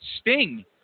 Sting